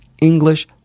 English